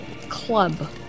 club